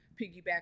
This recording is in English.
piggyback